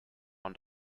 und